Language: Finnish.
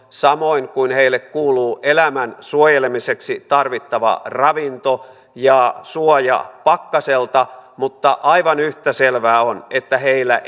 samoin kuin heille kuuluu elämän suojelemiseksi tarvittava ravinto ja suoja pakkaselta mutta aivan yhtä selvää on että heillä